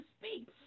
speak